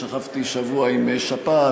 שכבתי שבוע עם שפעת.